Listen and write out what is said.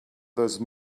those